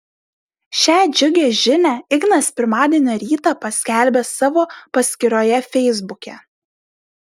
šią džiugią žinią ignas pirmadienio rytą paskelbė savo paskyroje feisbuke